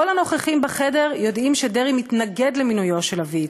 כל הנוכחים בחדר יודעים שדרעי מתנגד למינויו של אבי-יצחק,